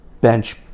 bench